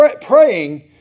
praying